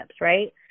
right